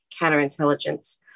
counterintelligence